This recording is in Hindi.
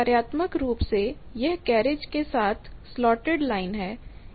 कार्यात्मक रूप से यह कैरिज के साथ स्लॉटेड लाइन है